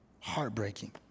heartbreaking